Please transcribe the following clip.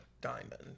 diamond